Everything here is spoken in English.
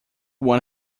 one